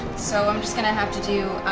so i'm just going to have to do.